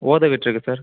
ஓத விட்ருக்கு சார்